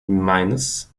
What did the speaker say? minus